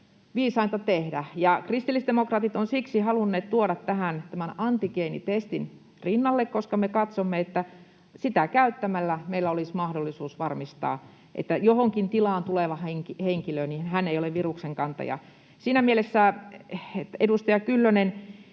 viisainta tehdä. Kristillisdemokraatit ovat siksi halunneet tuoda tähän antigeenitestin rinnalle, koska me katsomme, että sitä käyttämällä meillä olisi mahdollisuus varmistaa, että johonkin tilaan tuleva henkilö ei ole viruksen kantaja. Siinä mielessä, edustaja Kyllönen,